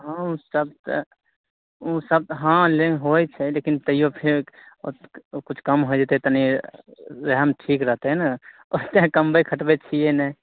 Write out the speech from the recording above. हँ सब तऽ ओ सब तऽ हँ ले होइ छै लेकिन तैयो फेर ओ किछु ओ किछु कम हो जतै तनी रहएमे ठीक रहतै ने ओते कमबै खोटबै छियै नहि